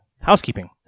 Housekeeping